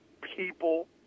people